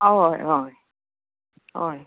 हय हय हय